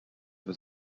his